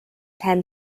ten